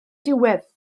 diwedd